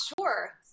Sure